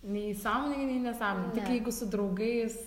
nei sąmoningai nei nesąmoningai tik jeigu su draugais